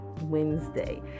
Wednesday